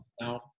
now